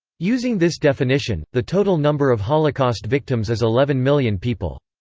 using this definition, the total number of holocaust victims is eleven million people.